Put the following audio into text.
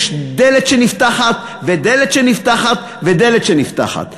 יש דלת שנפתחת ודלת שנפתחת ודלת שנפתחת.